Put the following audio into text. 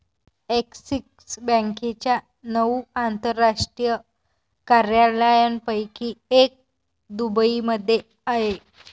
axis बँकेच्या नऊ आंतरराष्ट्रीय कार्यालयांपैकी एक दुबईमध्ये आहे